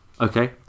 Okay